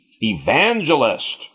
evangelist